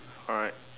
alright